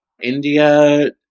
India